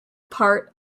part